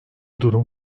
durum